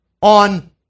on